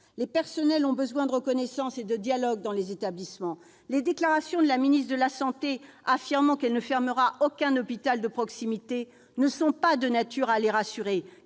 Les personnels ont besoin de reconnaissance et de dialogue dans les établissements. Les déclarations de Mme la ministre des solidarités et de la santé, qui a affirmé qu'elle ne fermerait aucun hôpital de proximité, ne sont pas de nature à les rassurer,